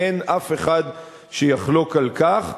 אין אף אחד שיחלוק על כך.